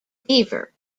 beaver